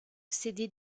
céder